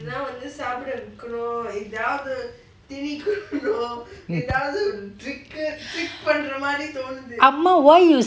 amma why you